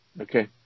Okay